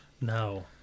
No